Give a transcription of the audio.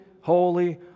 holy